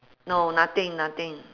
no nothing nothing